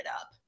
up